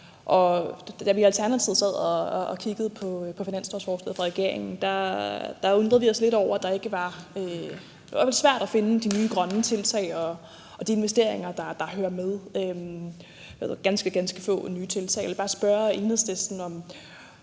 Da vi i Alternativet sad og kiggede på finanslovsforslaget fra regeringen, undrede vi os lidt over, at det i hvert fald var svært at finde de nye grønne tiltag og de investeringer, der hører med; der var tale om ganske, ganske få nye tiltag. Jeg vil bare spørge Enhedslisten, om